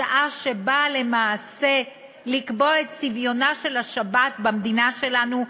הצעה שנועדה למעשה לקבוע את צביונה של השבת במדינה שלנו,